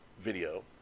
video